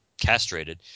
castrated